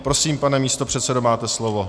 Prosím, pane místopředsedo, máte slovo.